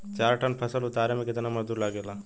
चार टन फसल उतारे में कितना मजदूरी लागेला?